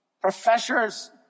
Professors